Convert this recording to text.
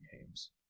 games